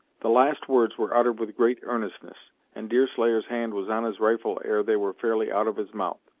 the last words were uttered with great earnestness, and deerslayer's hand was on his rifle ere they were fairly out of his mouth.